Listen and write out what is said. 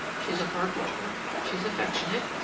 she's a hard worker, she's affectionate,